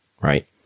right